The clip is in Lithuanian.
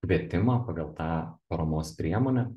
kvietimą pagal tą paramos priemonę